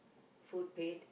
food paid